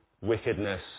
wickedness